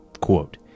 Quote